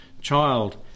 child